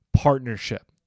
Partnership